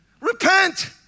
Repent